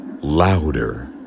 louder